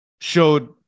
showed